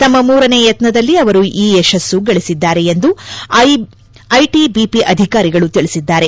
ತಮ್ಮ ಮೂರನೇ ಯತ್ನದಲ್ಲಿ ಅವರು ಈ ಯಶಸ್ಸು ಗಳಿಸಿದ್ದಾರೆ ಎಂದು ಐಟಿಐಪಿ ಅಧಿಕಾರಿಗಳು ತಿಳಿಸಿದ್ದಾರೆ